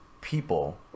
people